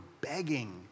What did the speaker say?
begging